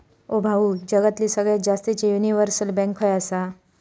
ओ भाऊ, जगातली सगळ्यात जास्तीचे युनिव्हर्सल बँक खय आसा